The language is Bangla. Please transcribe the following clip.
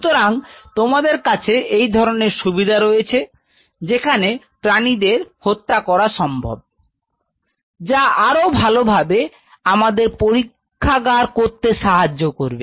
সুতরাং তোমাদের কাছে এই ধরনের সুবিধা রয়েছে যেখানে প্রাণীদের হত্যা করা সম্ভব Refer Time 0558 যা আরো ভালোভাবে আমাদের পরীক্ষাগার করতে সাহায্য করবে